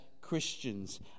Christians